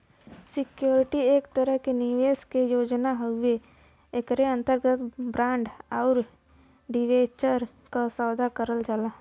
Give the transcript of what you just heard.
securities एक तरह एक निवेश के योजना हउवे एकरे अंतर्गत बांड आउर डिबेंचर क सौदा करल जाला